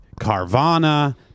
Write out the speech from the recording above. Carvana